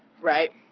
right